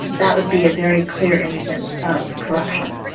that would be a very clear instance of corruption.